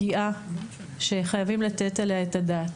פגיעה שחייבים לתת עליה את הדעת.